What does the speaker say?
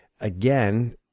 Again